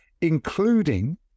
including